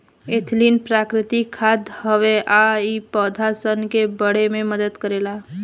ethylene प्राकृतिक खाद हवे आ इ पौधा सन के बढ़े में मदद करेला